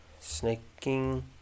snaking